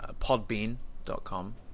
podbean.com